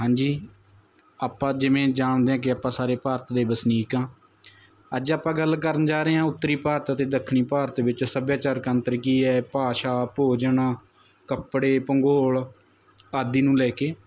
ਹਾਂਜੀ ਆਪਾਂ ਜਿਵੇਂ ਜਾਣਦੇ ਹਾਂ ਕਿ ਆਪਾਂ ਸਾਰੇ ਭਾਰਤ ਦੇ ਵਸਨੀਕ ਹਾਂ ਅੱਜ ਆਪਾਂ ਗੱਲ ਕਰਨ ਜਾ ਰਹੇ ਹਾਂ ਉੱਤਰੀ ਭਾਰਤ ਅਤੇ ਦੱਖਣੀ ਭਾਰਤ ਵਿੱਚ ਸੱਭਿਆਚਾਰਕ ਅੰਤਰ ਕੀ ਹੈ ਭਾਸ਼ਾ ਭੋਜਨ ਕੱਪੜੇ ਭੂਗੋਲ ਆਦਿ ਨੂੰ ਲੈ ਕੇ